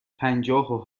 پنجاه